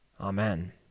Amen